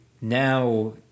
now